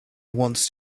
wants